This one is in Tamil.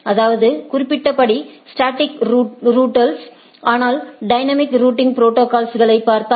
அதாவது குறிப்பிட்டபடி ஸ்டாடிக் ரூட்ஸ் ஆனால் டைனமிக் ரூட்டிங் ப்ரோடோகால்ஸ் களைப் பார்த்தால்